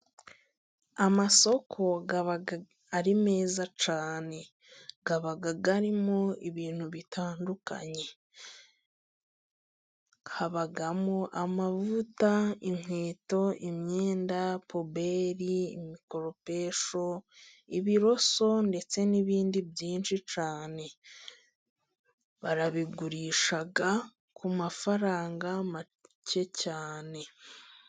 Amasoko aba ari meza cyane. Aba arimo ibintu bitandukanye habamo amavuta, inkweto, imyenda, puberi, imikoropesho, ibiroso ndetse n'ibindi byinshi cyane barabigurisha ku mafaranga make cyane.